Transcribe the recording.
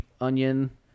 onion